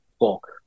walk